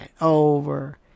over